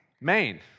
Maine